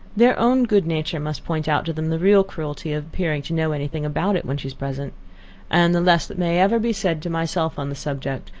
their own good-nature must point out to them the real cruelty of appearing to know any thing about it when she is present and the less that may ever be said to myself on the subject,